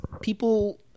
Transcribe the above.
people